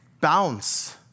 bounce